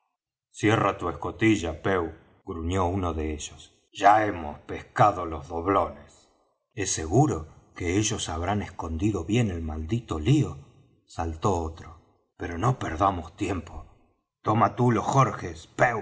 cierra tu escotilla pew gruñó uno de ellos ya hemos pescado los doblones es seguro que ellos habrán escondido bien el maldito lío saltó otro pero no perdamos tiempo toma tú los jorges